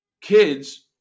kids